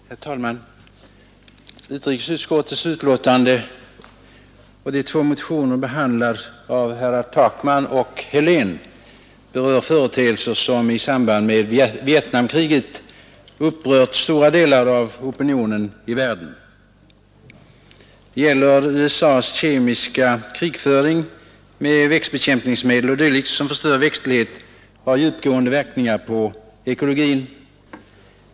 Herr talman! Utrikesutskottets utlåtande nr 5 och de två motioner, av herr Takman och herr Helén, som behandlas däri berör företeelser som i samband med Vietnamkriget upprört stora delar av opinionen i världen. Det gäller USA:s kemiska krigföring med växtbekämpningsmedel o. d. som förstör växtlighet och har djupgående verkningar på ekologin.